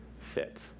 fit